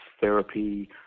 therapy